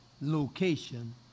location